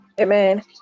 Amen